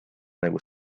nägu